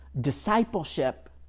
discipleship